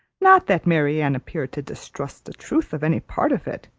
not that marianne appeared to distrust the truth of any part of it,